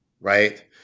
right